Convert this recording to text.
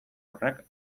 horrek